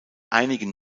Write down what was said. einigen